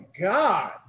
God